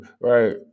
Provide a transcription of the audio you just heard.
right